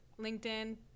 LinkedIn